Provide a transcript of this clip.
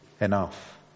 enough